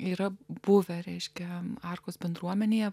yra buvę reiškia arkos bendruomenėje